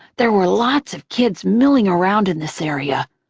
there were lots of kids milling around in this area,